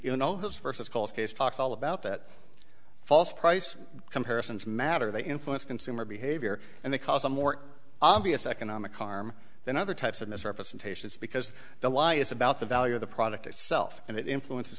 you know those verses calls case talks all about that false price comparisons matter they influence consumer behavior and they cause a more obvious economic harm than other types of misrepresentations because the lie is about the value of the product itself and it influences